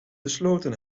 besloten